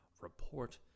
Report